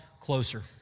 closer